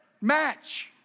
Match